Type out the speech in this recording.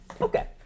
Okay